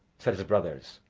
said his brothers.